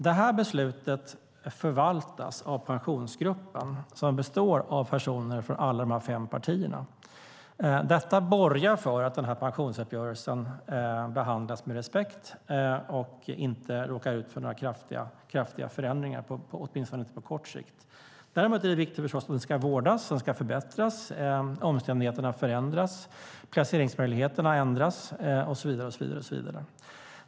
Det beslutet förvaltas av Pensionsgruppen, som består av personer från alla fem partierna. Detta borgar för att pensionsuppgörelsen behandlas med respekt och inte råkar ut för några kraftiga förändringar, åtminstone inte på kort sikt. Däremot är det viktigt att den ska vårdas och förbättras. Omständigheterna förändras, placeringsmöjligheterna ändras, och så vidare.